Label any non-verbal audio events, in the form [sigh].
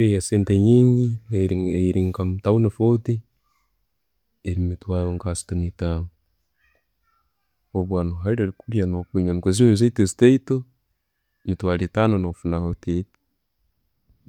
Eyesente nyingi eli [hesitation] nko mutawuni fort eri mitwaro nka assatu ne'taano, [unintelligible] ziri ezaitu ezitaito, emitwaro ettano no'funa hotel.